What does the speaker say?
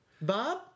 Bob